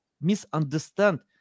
misunderstand